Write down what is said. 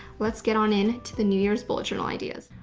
let's get on in to the new year's bullet journal ideas.